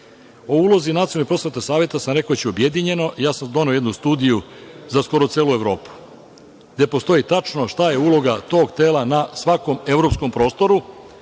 prosvetnog saveta sam rekao već objedinjeno. Ja sam doneo jednu studiju za skoro celu Evropu gde postoji tačno šta je uloga tog tela na svakom evropskom prostoru,